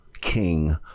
king